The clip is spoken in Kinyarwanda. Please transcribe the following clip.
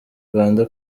rwanda